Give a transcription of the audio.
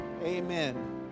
Amen